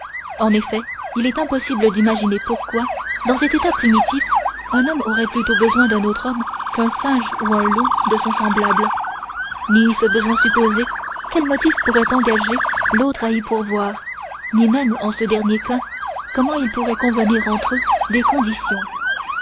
en effet il est impossible d'imaginer pourquoi dans cet état primitif un homme aurait plutôt besoin d'un autre homme qu'un singe ou un loup de son semblable ni ce besoin supposé quel motif pourrait engager l'autre à y pourvoir ni même en ce dernier cas comment ils pourraient convenir entre eux des conditions